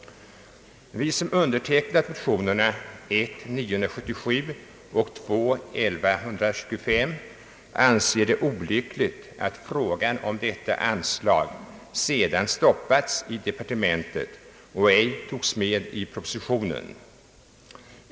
Vi som undertecknat motionerna I: 977 och II: 1125 anser det olyckligt att frågan om detta anslag sedan stoppats i departementet och ej tagits med i propositionen.